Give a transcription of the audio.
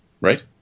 Right